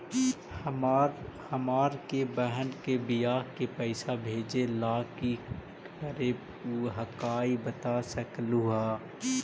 हमार के बह्र के बियाह के पैसा भेजे ला की करे परो हकाई बता सकलुहा?